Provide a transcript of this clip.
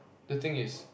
the thing is